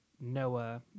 Noah